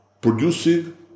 producing